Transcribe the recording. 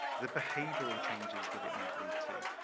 the behavioral changes that it might lead to,